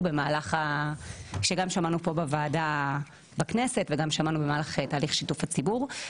ושגם שמענו פה בוועדה בכנסת וגם בתהליך שיתוף הציבור.